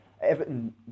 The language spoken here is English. Everton